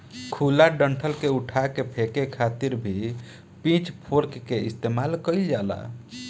खुला डंठल के उठा के फेके खातिर भी पिच फोर्क के इस्तेमाल कईल जाला